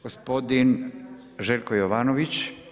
Gospodin Željko Jovanović.